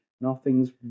nothing's